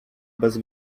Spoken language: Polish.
bez